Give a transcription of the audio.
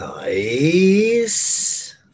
nice